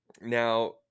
Now